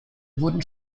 wurden